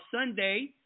Sunday